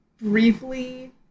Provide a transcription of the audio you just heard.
briefly